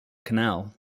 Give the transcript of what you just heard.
canal